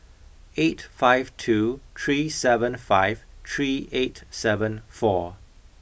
eight five two three seven five three eight seven four